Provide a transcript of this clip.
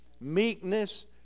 meekness